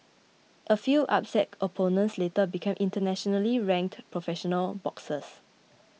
a few upset opponents later became internationally ranked professional l boxers